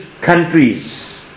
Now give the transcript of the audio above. countries